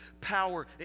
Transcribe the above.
power